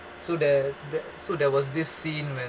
so there's that so there was this scene where